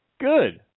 Good